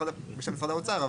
משרד האוצר,